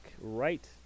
right